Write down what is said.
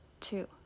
two